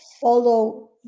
follow